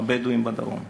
הבדואים בדרום,